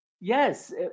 Yes